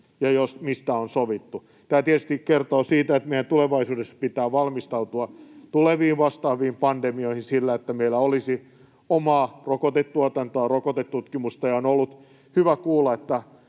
ja mistä on sovittu. Tämä tietysti kertoo siitä, että meidän tulevaisuudessa pitää valmistautua tuleviin vastaaviin pandemioihin sillä, että meillä olisi omaa rokotetuotantoa, rokotetutkimusta, ja on ollut hyvä kuulla,